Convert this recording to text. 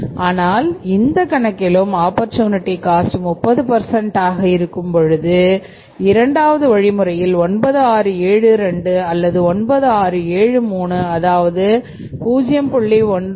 ஆனால் இந்த கணக்கிலும் ஆப்பர்சூனிட்டி 30 ஆக இருக்கும் பொழுது இரண்டாவது வழிமுறையில் 9672அல்லது 9673 அதாவது 0